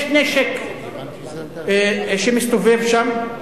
יש נשק שמסתובב שם.